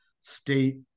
state